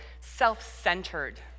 self-centered